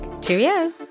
Cheerio